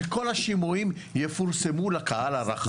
שכל השימועים יפורסמו לקהל הרחב.